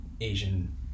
Asian